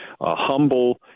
humble